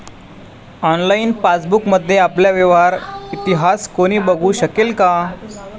Online पासबुकमध्ये आपला व्यवहार इतिहास कोणी बघु शकेल का?